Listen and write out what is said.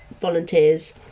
volunteers